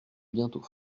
bientôt